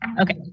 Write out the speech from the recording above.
Okay